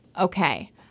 Okay